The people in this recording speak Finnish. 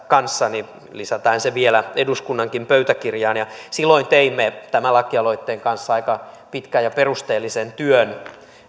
kanssani lisätään se vielä eduskunnankin pöytäkirjaan silloin teimme tämän lakialoitteen kanssa aika pitkän ja perusteellisen työn